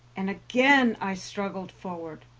and again i struggled forward.